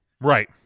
right